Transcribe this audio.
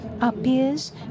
appears